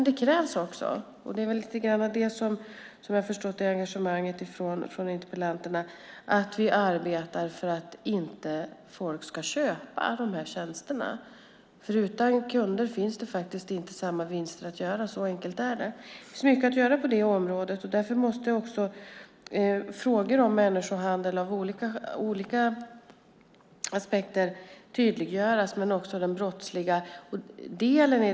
Det krävs också - det är väl det som är engagemanget hos interpellanterna - att vi arbetar för att folk inte ska köpa de här tjänsterna. Utan kunder finns det faktiskt inte samma vinster att göra; så enkelt är det. Det finns mycket att göra på det området. Därför måste frågor om människohandel tydliggöras ur olika aspekter. Det gäller också den brottsliga delen.